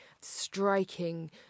striking